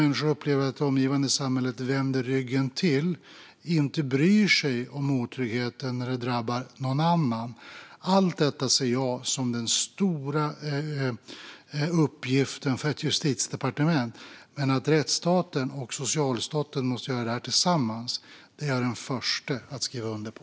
Människor upplever att det omgivande samhället vänder ryggen till och inte bryr sig om otryggheten när den drabbar någon annan. Allt detta ser jag som den stora uppgiften för Justitiedepartementet. Att rättsstaten och socialstaten måste göra det tillsammans är jag den förste att skriva under på.